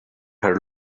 her